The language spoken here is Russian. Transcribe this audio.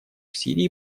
сирии